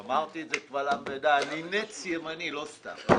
אמרתי את זה קבל עם ועדה, אני נץ ימני, לא סתם.